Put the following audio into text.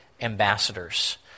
ambassadors